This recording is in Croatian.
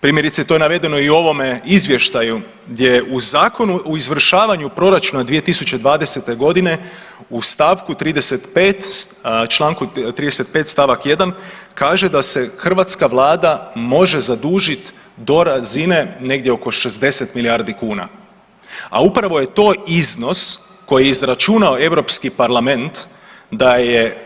Primjerice to je navedeno i u ovome izvještaju gdje u Zakonu o izvršavanju proračuna 2020. godine u stavku 35., Članku 35. stavak 1. kaže da se hrvatska vlada može zadužiti do razine negdje oko 60 milijardi kuna, a upravo je to iznos koji je izračunao Europski parlament da je